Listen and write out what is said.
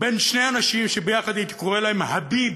בין שני אנשים שביחד הייתי קורא להם ה"ביבנט",